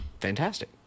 fantastic